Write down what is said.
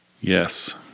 Yes